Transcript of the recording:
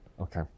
Okay